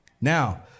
Now